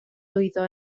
lwyddo